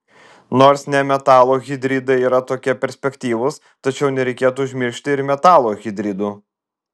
nors nemetalų hidridai yra tokie perspektyvūs tačiau nereikėtų užmiršti ir metalų hidridų